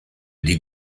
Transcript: die